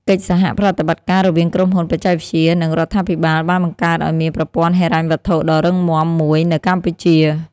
កិច្ចសហប្រតិបត្តិការរវាងក្រុមហ៊ុនបច្ចេកវិទ្យា និងរដ្ឋាភិបាលបានបង្កើតឱ្យមានប្រព័ន្ធហិរញ្ញវត្ថុដ៏រឹងមាំមួយនៅកម្ពុជា។